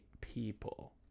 people